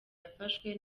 yafashwe